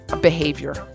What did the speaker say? behavior